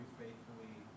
faithfully